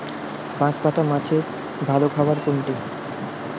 বাঁশপাতা মাছের ভালো খাবার কোনটি?